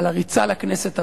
על הריצה לכנסת הבאה.